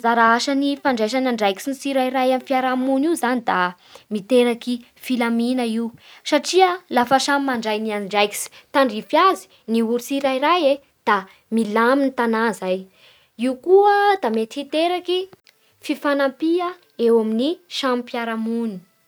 Anjara asa ny fandraisan'andraikitsy amin'ny fiaraha-mony io zany da miteraky filamina io satria lafa samy mandray andraikitsy tandrify azy ny olo tsirairay da milamy ny tanà zay. Io koa da mety hiteraky fifanampia eo amin'ny samy mpiara-mony.